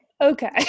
okay